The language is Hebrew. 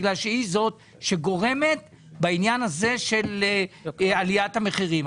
בגלל שהיא זאת שגורמת בעניין הזה של עליית המחירים.